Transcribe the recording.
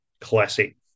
classic